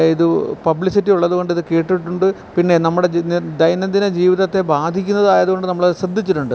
ഇത് പബ്ലിസിറ്റി ഉള്ളതുകൊണ്ട് ഇത് കേട്ടിട്ടുണ്ട് പിന്നെ നമ്മുടെ ദൈനംദിന ജീവിതത്തെ ബാധിക്കുന്നതായതുകൊണ്ട് നമ്മളത് ശ്രദ്ധിച്ചിട്ടുണ്ട്